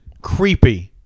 Creepy